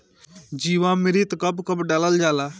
जीवामृत कब कब डालल जाला?